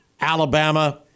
Alabama